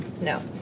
no